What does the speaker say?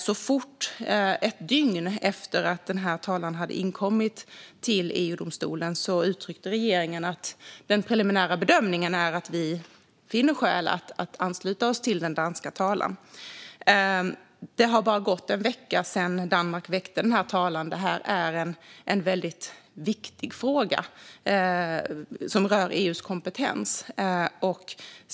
Redan ett dygn efter att den talan hade inkommit till EU-domstolen uttryckte regeringen att den preliminära bedömningen är att vi finner skäl att ansluta oss till den danska talan. Det har bara gått en vecka sedan Danmark väckte talan. Detta är en väldigt viktig fråga som rör EU:s kompetens.